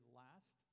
last